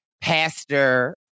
pastor